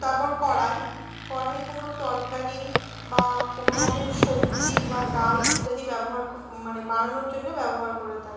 তারপর কড়াই কড়াই কোনো তরকারি বা কোনো রকম সবজি বা ডাল ইত্যাদি ব্যবহার মানে বানানোর জন্যে ব্যবহার করে থাকি